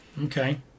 Okay